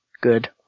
good